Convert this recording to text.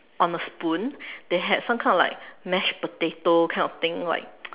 on the spoon they had some kind of like mashed potato kind of thing like